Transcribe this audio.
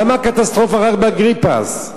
למה הקטסטרופה רק באגריפס?